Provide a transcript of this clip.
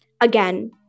again